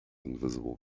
invisible